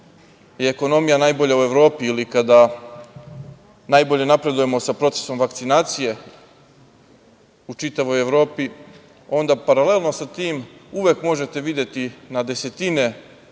je ekonomija najbolja u Evropi, ili kada najbolje napredujemo sa procesom vakcinacije, u čitavoj Evropi. Onda paralelno sa tim, uvek možete videti na desetine